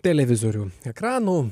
televizorių ekranų